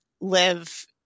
live